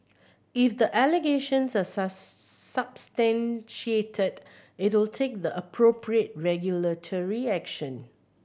if the allegations are substantiated it'll take the appropriate regulatory action